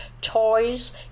toys